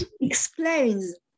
explains